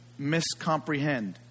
miscomprehend